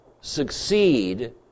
succeed